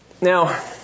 Now